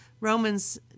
Romans